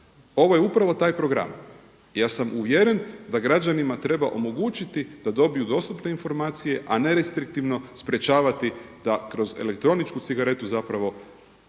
ovo je upravo taj program. Ja sam uvjeren da građanima treba omogućiti da dobiju dostupne informacije, a ne restriktivno sprečavati da kroz elektroničku cigaretu puše